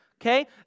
Okay